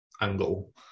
angle